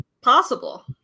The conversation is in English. possible